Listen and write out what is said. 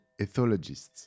ethologists